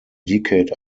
decade